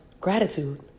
gratitude